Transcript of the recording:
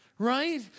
right